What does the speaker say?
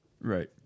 Right